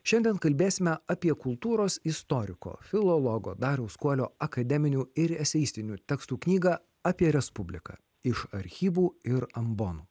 šiandien kalbėsime apie kultūros istoriko filologo dariaus kuolio akademinių ir eseistinių tekstų knygą apie respubliką iš archyvų ir ambonų